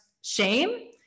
shame